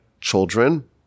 children